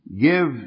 Give